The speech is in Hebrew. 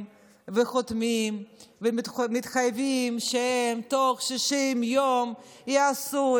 וחותמים ומתחייבים שבתוך 60 יום יעשו,